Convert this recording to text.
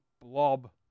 blob